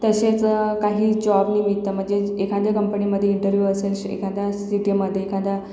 तसेच काही जॉबनिमित्त म्हणजेच् एखाद्या कंपणीमध्ये इंटरव्यू असेल श् एखाद्या सिटीमध्ये एखाद्या